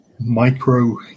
micro